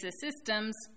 systems